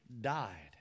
died